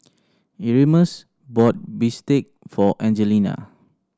bought bistake for Angelina